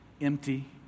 empty